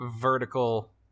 vertical